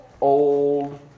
old